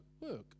work